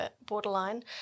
borderline